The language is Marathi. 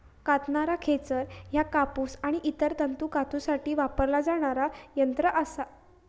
कातणारा खेचर ह्या कापूस आणि इतर तंतू कातूसाठी वापरला जाणारा यंत्र असा